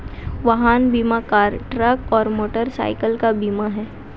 वाहन बीमा car, truck और मोटरसाइकिल का बीमा है